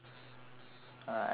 uh I guess so